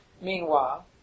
Meanwhile